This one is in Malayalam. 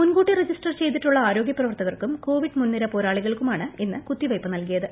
മുൻകൂട്ടി രജിസ്റ്റർ ചെയ്തിട്ടുളള ആരോഗ്യപ്രവർത്തകർക്കും കോവിഡ് മുൻനിര പോരാളികൾക്കുമാണ് ഇന്ന് കുത്തിവയ്പ് നൽകിയത്